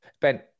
Ben